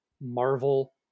Marvel